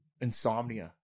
insomnia